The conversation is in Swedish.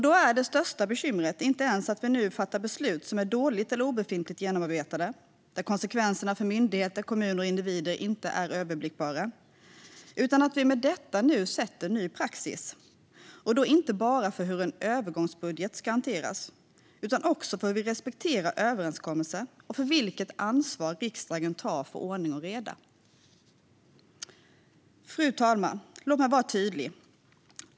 Då är det största bekymret inte ens att vi nu fattar beslut som är dåligt eller obefintligt genomarbetade, där konsekvenserna för myndigheter, kommuner och individer inte är överblickbara, utan att vi med detta nu sätter en ny praxis inte bara för hur en övergångsbudget ska hanteras utan också för hur vi respekterar överenskommelser och för vilket ansvar riksdagen tar för ordning och reda. Fru talman! Låt mig vara tydlig.